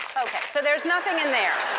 so there's nothing in there.